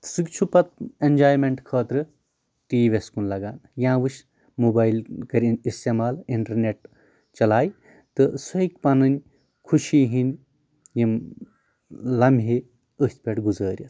سُہ چھُ پَتہٕ اینجایمیٚنٹ خٲطرٕ ٹی وی یس کُن لگان یا وُچھِ موبایِل کٔرِنۍ اِستعمال اِنٹرنیٹ چلاوِ تہٕ سُہ ہیٚکہِ پَنٕنۍ خوشی ہِنٛدۍ یِم لَمحے أتھۍ پٮ۪ٹھ گُزٲرِتھ